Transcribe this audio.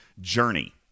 journey